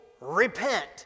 repent